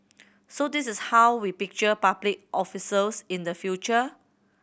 so this is how we picture public officers in the future